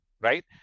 right